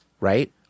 right